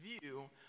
view